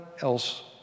else